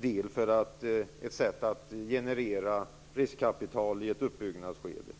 Det är ett sätt att generera riskkapital i ett uppbyggnadsskede.